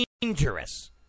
dangerous